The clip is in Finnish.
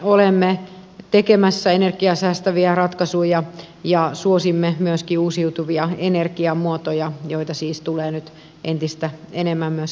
olemme tekemässä energiasäästäviä ratkaisuja ja suosimme myöskin uusiutuvia energiamuotoja joita siis tulee nyt entistä enemmän käyttöön